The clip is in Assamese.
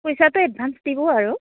পইচাটো এডভান্স দিব আৰু